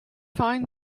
find